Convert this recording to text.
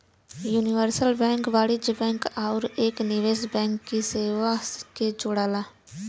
universal bank वाणिज्यिक bank आउर एक निवेश बैंक की सेवा के जोड़ला